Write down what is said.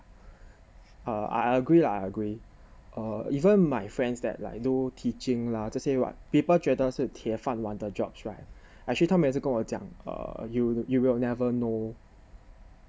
uh I agree lah I agree err even my friends that like do teaching lah 这些 what people 觉得是铁饭的 jobs right actually 他们也是跟我讲 err you you will never know